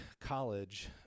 college